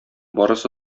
барысы